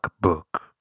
Book